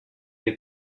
have